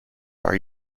are